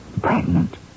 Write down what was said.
pregnant